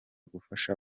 gufasha